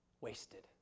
wasted